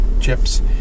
chips